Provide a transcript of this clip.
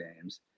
games